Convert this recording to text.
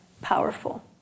powerful